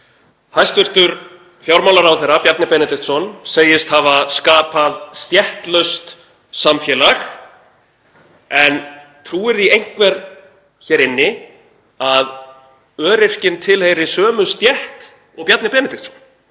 Hæstv. fjármálaráðherra Bjarni Benediktsson segist hafa skapað stéttlaust samfélag. En trúir því einhver hér inni að öryrkinn tilheyri sömu stétt og Bjarni Benediktsson?